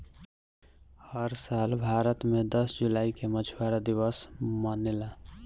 हर साल भारत मे दस जुलाई के मछुआरा दिवस मनेला